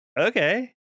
okay